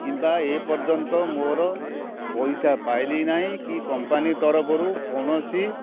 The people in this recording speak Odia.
କିମ୍ବା ଏପର୍ଯ୍ୟନ୍ତ ମୋର ପଇସା ପାଇଲି ନାହିଁ କି କମ୍ପାନୀ ତରଫରୁ କୌଣସି